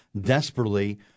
desperately